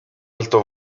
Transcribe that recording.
alto